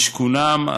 משכונם,